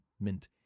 mint